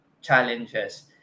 challenges